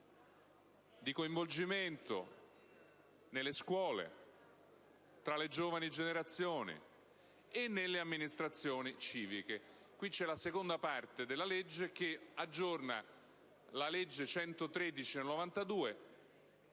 di coinvolgimento nelle scuole, tra le giovani generazioni e nelle amministrazioni civiche. La seconda parte del disegno di legge aggiorna la legge n. 113 del 1992,